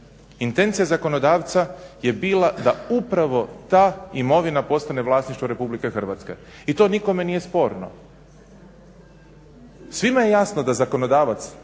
Intencija zakonodavca je bila da upravo ta imovina postane vlasništvo RH. I to nikome nije sporno. Svima je jasno da zakonodavac